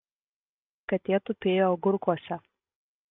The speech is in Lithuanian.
katė tupėjo agurkuose